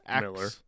Miller